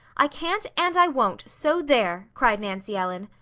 i can't, and i won't, so there! cried nancy ellen.